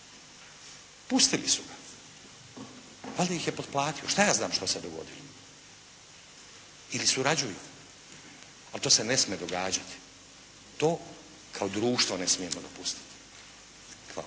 Pustili su ga. Valjda ih je potplatio, šta ja znam šta se dogodilo. Ili surađuju. Ali to se ne smije događati. To kao društvo ne smijemo dopustiti. Hvala.